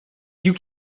you